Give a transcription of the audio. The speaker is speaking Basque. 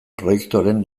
proiektuaren